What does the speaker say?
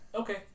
Okay